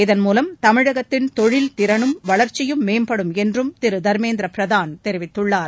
இதன்மூலம் தமிழகத்தின் தொழிற்திறனும் வளர்ச்சியும் மேம்படும் என்றும் திரு தர்மேந்திர பிரதான் தெரிவித்துள்ளார்